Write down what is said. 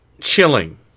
Chilling